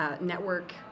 network